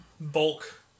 bulk